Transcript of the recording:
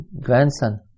grandson